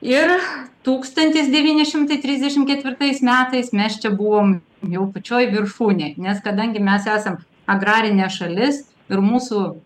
ir tūkstantis devyni šimtai trisdešim ketvirtais metais mes čia buvom jau pačioj viršūnėj nes kadangi mes esam agrarinė šalis ir mūsų